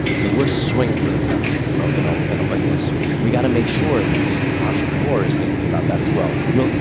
so we're swinging for the fences and on you know and on this we've got to make sure that the entrepreneur is thinking about that as well, as well.